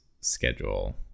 schedule